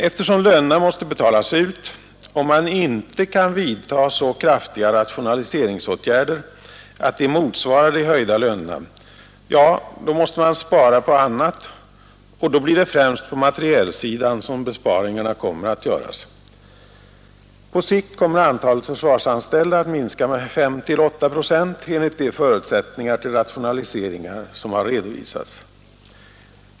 Eftersom lönerna måste betalas ut och man inte kan vidta så kraftiga Nr 91 rationaliseringsåtgärder att de motsvarar de höjda lönerna, så måste man Måndagen den spara på annat, och då blir det främst på materielsidan som besparingarna 29 maj 1972 kommer att göras. På sikt kommer antalet försvarsanställda att minska —— med 5—8 procent enligt de förutsättningar för rationaliseringar som har redovisats.